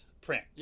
print